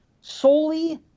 solely